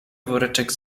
woreczek